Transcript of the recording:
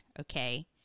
Okay